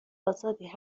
آزادی